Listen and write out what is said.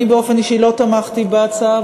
אני באופן אישי לא תמכתי בהצעה,